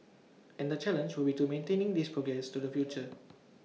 and the challenge would to maintain this progress to the future